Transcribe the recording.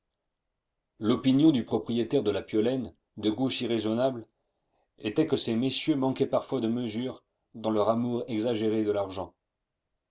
l'opinion du propriétaire de la piolaine de goûts si raisonnables était que ces messieurs manquaient parfois de mesure dans leur amour exagéré de l'argent